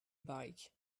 bike